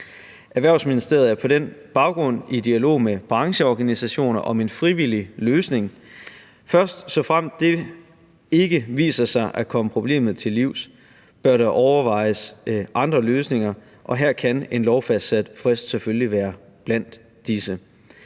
Erhvervsministeriet er på den baggrund i dialog med brancheorganisationer om en frivillig løsning. Først såfremt det viser sig ikke at komme problemet til livs, bør der overvejes andre løsninger, og her kan en lovfastsat frist selvfølgelig være blandt disse.